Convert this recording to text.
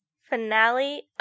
Finale